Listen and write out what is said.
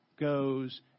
goes